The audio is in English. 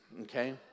okay